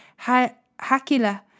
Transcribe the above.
Hakila